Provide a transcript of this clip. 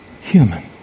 human